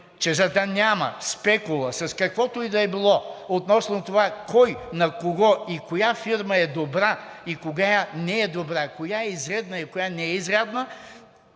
че за да няма спекула с каквото и да е било, относно това кой на кого и коя фирма е добра и коя не е добра, коя е изрядна и коя не е изрядна,